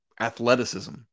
athleticism